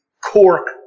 Cork